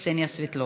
קסניה סבטלובה.